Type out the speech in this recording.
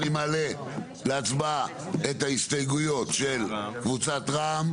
אני מעלה להצבעה את ההסתייגויות של קבוצת "רע"מ",